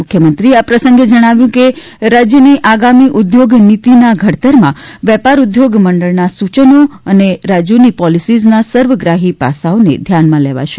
મુખ્યમંત્રીએ આ પ્રસંગે જણાવ્યુ હતુ કે રાજ્યની આગામી ઉદ્યોગ નીતીના ઘડતરમાં વેપાર ઉદ્યોગમંડળના સૂચનો અને રાજ્યોની પોલીસીઝના સર્વગ્રાહી પાસાઓ ધ્યાને લેવાશે